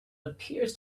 appears